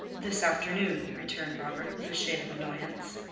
this afternoon, returned robert, with a shade of annoyance.